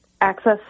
access